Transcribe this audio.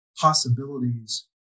possibilities